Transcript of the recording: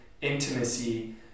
intimacy